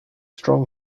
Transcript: strong